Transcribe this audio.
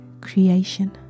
creation